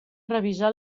revisar